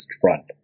Front